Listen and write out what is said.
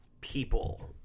people